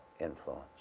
influence